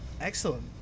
Excellent